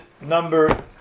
number